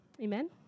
Amen